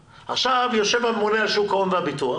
עכשיו, יושב הממונה על שוק ההון והביטוח,